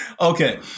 Okay